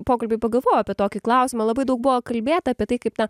pokalbiui pagalvojau apie tokį klausimą labai daug buvo kalbėta apie tai kaip na